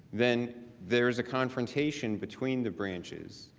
then there is a confrontation between the branches.